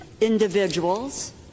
individuals